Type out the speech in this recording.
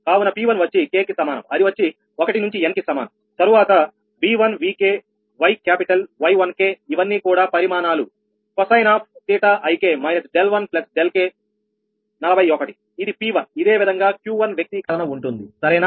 కావున P1 వచ్చి k కి సమానం అది వచ్చి 1 నుంచి n కి సమానం తరువాత V1 Vk Y capital Y1k ఇవన్నీ కూడా పరిమాణాలు cosineik 1 k 41ఇది P1 ఇదేవిధంగా Q1 వ్యక్తీకరణ ఉంటుంది సరేనా